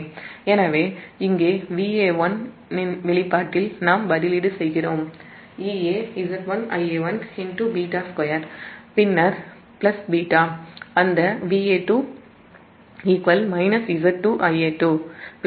எனவே இங்கே Va1 இன் வெளிப்பாட்டில் நாம் β2 என்று பதிலீடு செய்கிறோம் பின்னர் β அந்த Va2 Z2 Ia2 Z0 Ia0